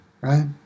Right